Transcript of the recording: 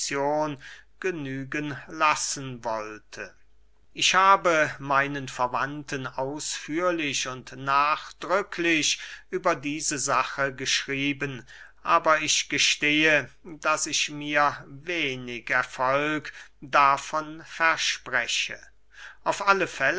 genügen lassen wollte ich habe meinen verwandten ausführlich und nachdrücklich über diese sache geschrieben aber ich gestehe daß ich mir wenig erfolg davon verspreche auf